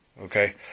Okay